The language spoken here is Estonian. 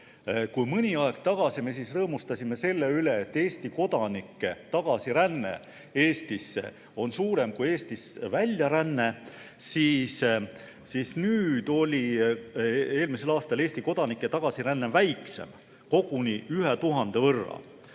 Kui mõni aeg tagasi me rõõmustasime selle üle, et Eesti kodanike tagasiränne Eestisse on suurem kui Eestist väljaränne, siis eelmisel aastal oli Eesti kodanike tagasiränne väiksem koguni 1000 võrra.